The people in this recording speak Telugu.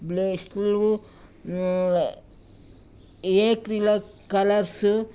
బ్లేస్లు ఏక్రిలిక్ కలర్సు